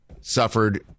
suffered